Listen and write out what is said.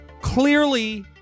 Clearly